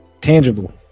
Tangible